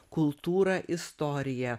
kultūrą istoriją